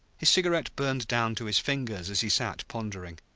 his cigarette burned down to his fingers as he sat pondering.